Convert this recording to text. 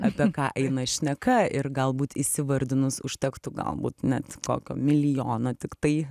apie ką eina šneka ir galbūt įsivardinus užtektų galbūt net kokio milijono tiktai